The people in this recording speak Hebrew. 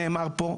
נאמר פה,